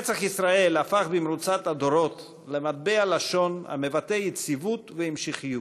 "נצח ישראל" הפך במרוצת הדורות למטבע לשון המבטא יציבות והמשכיות.